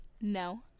No